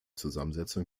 zusammensetzung